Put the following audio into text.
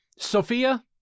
Sophia